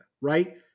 right